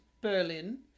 Berlin